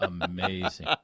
amazing